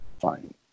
fine